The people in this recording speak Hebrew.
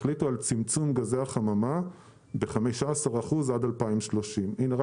החליטו על צמצום גזי החממה ב-15% עד 2030. הינה,